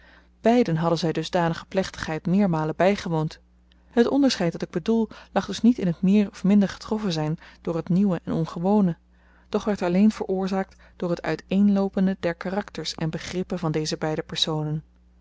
beiden hadden zy dusdanige plechtigheid meermalen bygewoond het onderscheid dat ik bedoel lag dus niet in t meer of min getroffen zyn door het nieuwe en ongewone doch werd alleen veroorzaakt door t uiteenloopende der karakters en begrippen van deze beide personen